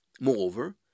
Moreover